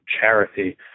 charity